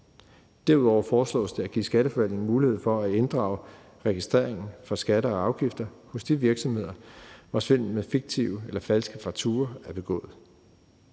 Derudover foreslås det at give Skatteforvaltningen mulighed for at inddrage registreringen for skatter og afgifter hos de virksomheder, hvor svindel med fiktive eller falske fakturaer er begået.